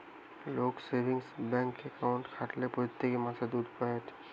লোক সেভিংস ব্যাঙ্কে টাকা খাটালে প্রত্যেক মাসে সুধ পায়েটে